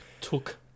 Took